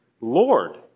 Lord